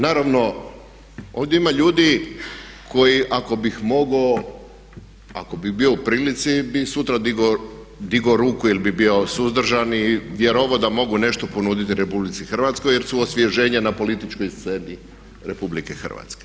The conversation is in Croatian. Naravno ovdje ima ljudi koji ako bih mogao, ako bih bio u prilici bih sutra digao ruku ili bih bio suzdržan i vjerovao da mogu nešto ponuditi RH jer su osvježenja na političkoj sceni RH.